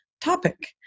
topic